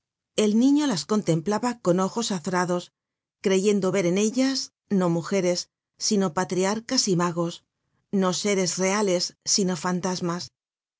el niño mario las contemplaba con ojos azorados creyendo ver en ellas no mujeres sino patriarcas y magos no seres reales sino fantasmas